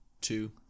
two